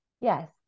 Yes